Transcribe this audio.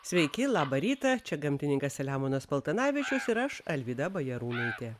sveiki labą rytą čia gamtininkas selemonas paltanavičius ir aš alvyda bajarūnaitė